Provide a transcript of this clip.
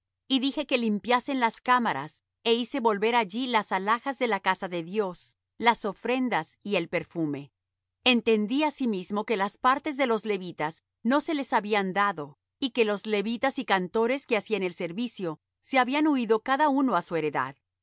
y dije que limpiasen las cámaras é hice volver allí las alhajas de la casa de dios las ofrendas y el perfume entendí asimismo que las partes de los levitas no se les habían dado y que los levitas y cantores que hacían el servicio se habían huído cada uno á su heredad